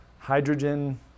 Hydrogen